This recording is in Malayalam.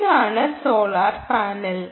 ഇതാണ് സോളാർ പാനൽ